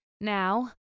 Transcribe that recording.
Now